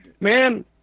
Man